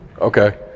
Okay